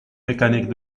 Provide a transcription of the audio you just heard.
mécaniques